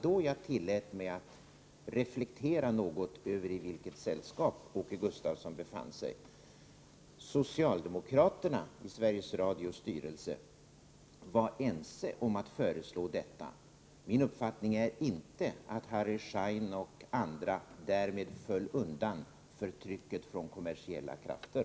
Då tillät jag mig att reflektera något över i vilket sällskap Åke Gustavsson befann sig. Socialdemokraterna i Sveriges Radios styrelse var ense om att föreslå detta. Min uppfattning är inte att Harry Schein och andra därmed föll undan för trycket från kommersiella krafter.